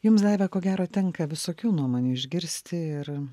jums daiva ko gero tenka visokių nuomonių išgirsti ir